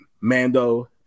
Mando